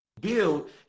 build